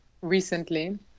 recently